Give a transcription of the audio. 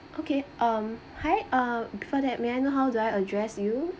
okay um hi uh before that may I know how do I address you